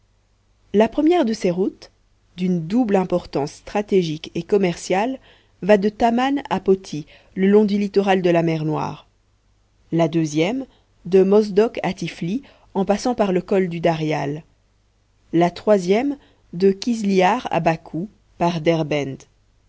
la première de ces routes d'une double importance stratégique et commerciale va de taman à poti le long du littoral de la mer noire la deuxième de mosdok a tiflis en passant par le col du darial la troisième de kizliar à bakou par